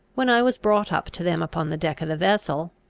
when i was brought up to them upon the deck of the vessel,